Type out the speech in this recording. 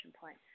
point